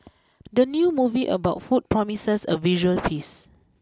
the new movie about food promises a visual feast